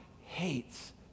hates